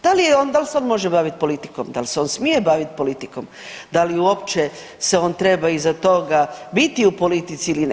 Da li je on, dal se on može bavit politikom, dal se on smije bavit politikom, da li uopće se on treba iza toga biti u politici ili ne?